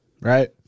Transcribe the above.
Right